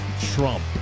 Trump